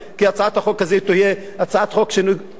כי הצעת חוק כזאת תהיה הצעת חוק שמתייחסת